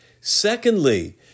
Secondly